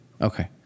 Okay